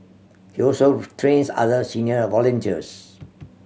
he also trains other senior volunteers